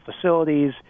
facilities